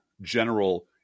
general